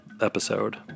episode